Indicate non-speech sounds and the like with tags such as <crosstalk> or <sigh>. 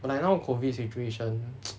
but like now COVID situation <noise>